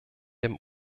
dem